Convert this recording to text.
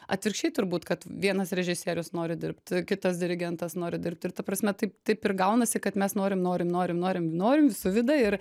atvirkščiai turbūt kad vienas režisierius nori dirbt kitas dirigentas nori dirbt ir ta prasme taip taip ir gaunasi kad mes norim norim norim norim norim su vida ir